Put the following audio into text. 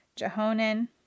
Jehonan